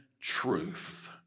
truth